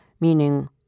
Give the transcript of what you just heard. meaning